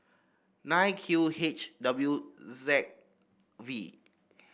nine Q H W Z V